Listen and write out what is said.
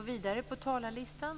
Fru talman!